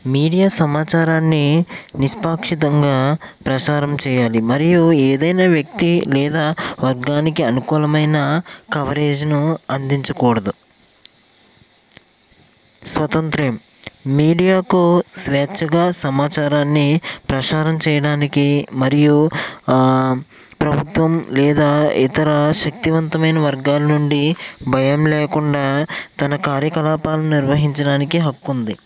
media సమాచారాన్ని నిష్పాక్షితంగా ప్రసారం చేయాలి మరియు ఏదైనా వ్యక్తి లేదా వర్గానికి అనుకూలమైన కవరేజ్ను అందించకూడదు స్వతంత్రం మీడియాకు స్వేచ్ఛగా సమాచారాన్ని ప్రచారం చేయడానికి మరియు ప్రభుత్వం లేదా ఇతర శక్తివంతమైన వర్గాల నుండి భయం లేకుండా తన కార్యకలాపాలను నిర్వహించడానికి హక్కు ఉంది